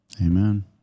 Amen